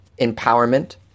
empowerment